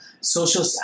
social